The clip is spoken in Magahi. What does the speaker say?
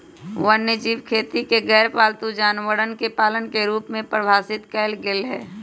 वन्यजीव खेती के गैरपालतू जानवरवन के पालन के रूप में परिभाषित कइल गैले है